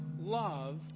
love